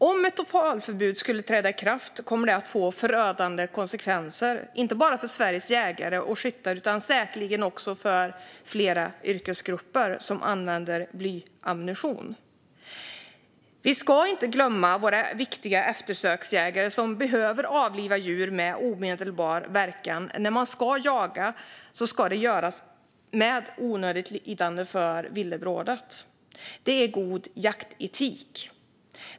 Om ett totalbud träder i kraft kommer det att få förödande konsekvenser, inte bara för Sveriges jägare och skyttar utan säkerligen också för flera yrkesgrupper som använder blyammunition. Vi ska inte glömma våra viktiga eftersöksjägare, som behöver avliva djur med omedelbar verkan. När man jagar ska man göra det utan onödigt lidande för villebrådet. Det är god jaktetik.